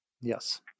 Yes